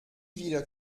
wieder